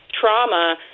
trauma